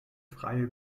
freie